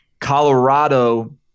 Colorado